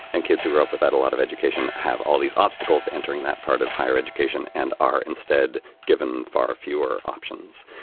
and kids who grow up without a lot of education have all these obstacles to entering that part of higher education and are instead given far fewer options.